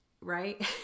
right